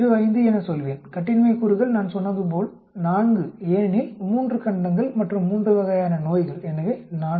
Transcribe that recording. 05 என சொல்வேன் கட்டின்மை கூறுகள் நான் சொன்னதுபோல் 4 ஏனெனில் 3 கண்டங்கள் மற்றும் 3 வகையான நோய்கள் எனவே 4